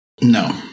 No